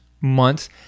months